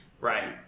right